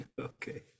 Okay